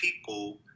people